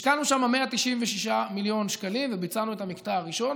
השקענו שם 196 מיליון שקלים וביצענו את המקטע הראשון,